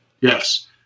Yes